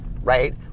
right